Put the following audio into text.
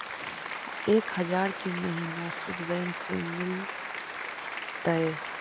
एक हजार के महिना शुद्ध बैंक से मिल तय?